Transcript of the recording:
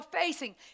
facing